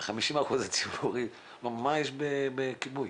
50% הציבוריים, מה יש בכיבוי?